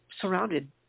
surrounded